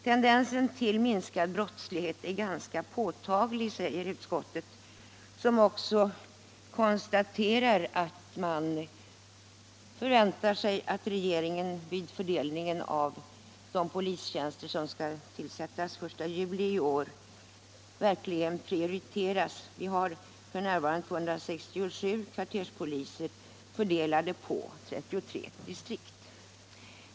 Tendensen till minskad brottslighet är ganska påtaglig, säger utskottet, som också konstaterar att man förväntar sig att regeringen vid fördelningen av de polistjänster som skall tillsättas den 1 juli i år verkligen prioriterar kvarterspolisen. Vi har f. n. 267 kvarterspoliser fördelade på 33 distrikt.